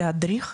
להדריך,